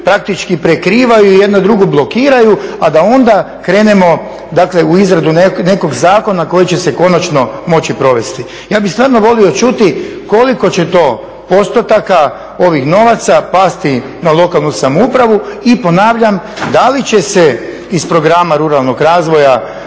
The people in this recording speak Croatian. praktički prekrivaju i jedna drugu blokiraju, a da onda krenemo dakle u izradu nekog zakona koji će se konačno moći provesti. Ja bih stvarno volio čuti koliko će to postotaka ovih novaca pasti na lokalnu samoupravu i ponavljam, da li će se iz programa ruralnog razvoja